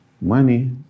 money